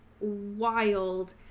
wild